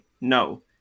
No